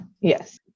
yes